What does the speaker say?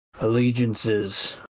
allegiances